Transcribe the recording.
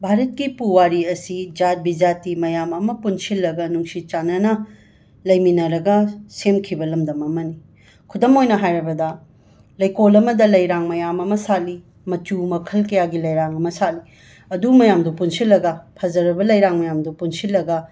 ꯚꯥꯔꯠꯀꯤ ꯄꯨꯋꯥꯔꯤ ꯑꯁꯤ ꯖꯥꯠ ꯕꯤꯖꯥꯇꯤ ꯃꯌꯥꯝ ꯑꯃ ꯄꯨꯟꯁꯤꯜꯂꯒ ꯅꯨꯡꯁꯤ ꯆꯥꯟꯅꯅ ꯂꯩꯃꯤꯟꯅꯔꯒ ꯁꯦꯝꯈꯤꯕ ꯂꯝꯗꯝ ꯑꯃꯅꯤ ꯈꯨꯗꯝ ꯑꯣꯏꯅ ꯍꯥꯏꯔꯕꯗ ꯂꯩꯀꯣꯜ ꯑꯃꯗ ꯂꯩꯔꯥꯡ ꯃꯌꯥꯝ ꯑꯃ ꯁꯥꯠꯂꯤ ꯃꯆꯨ ꯃꯈꯜ ꯀꯌꯥꯒꯤ ꯂꯩꯔꯥꯡ ꯑꯃ ꯁꯥꯠꯂꯤ ꯑꯗꯨ ꯃꯌꯥꯝꯗꯨ ꯄꯨꯟꯁꯤꯜꯂꯒ ꯐꯖꯔꯕ ꯂꯩꯔꯥꯡ ꯃꯌꯥꯝꯗꯨ ꯄꯨꯟꯁꯤꯜꯂꯒ